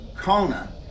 Kona